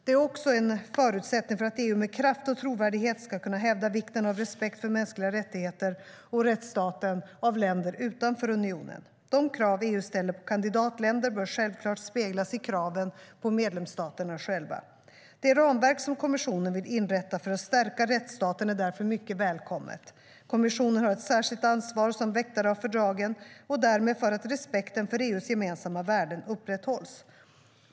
Det är också en förutsättning för att EU med kraft och trovärdighet ska kunna hävda vikten av respekt för mänskliga rättigheter och rättsstaten av länder utanför unionen. De krav EU ställer på kandidatländer bör självklart speglas i kraven på medlemsstaterna själva. Det ramverk som kommissionen vill inrätta för att stärka rättsstaten är därför mycket välkommet. Kommissionen har ett särskilt ansvar som väktare av fördragen och därmed för att respekten för EU:s gemensamma värden upprätthålls.